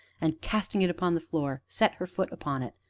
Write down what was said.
and, casting it upon the floor, set her foot upon it.